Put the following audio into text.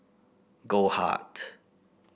goldheart